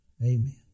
Amen